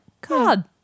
God